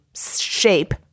shape